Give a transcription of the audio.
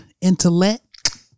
Intellect